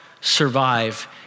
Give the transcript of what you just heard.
survive